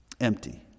Empty